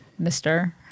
Mr